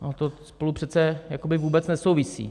Ono to spolu přece jakoby vůbec nesouvisí.